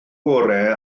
gorau